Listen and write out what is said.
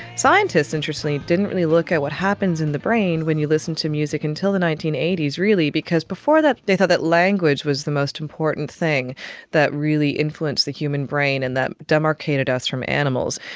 scientists, interestingly, didn't really look at what happens in the brain when you listen to music until the nineteen eighty s really because before that they thought that language was the most important thing that really influenced the human brain, and that demarcated us from animals.